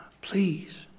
please